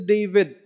David